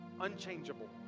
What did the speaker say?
unchangeable